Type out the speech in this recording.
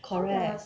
correct